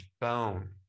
bone